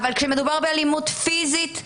אבל כשמדובר באלימות פיסית,